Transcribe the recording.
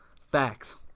Facts